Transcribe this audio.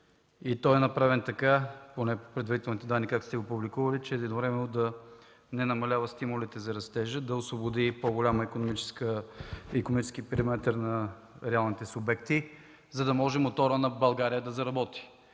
и той е направен така, поне по предварителни данни, както сте ги публикували, че едновременно да не намалява стимулите за растежа, да освободи по-голям икономически периметър на реалните субекти, за да може моторът на България да заработи